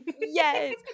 yes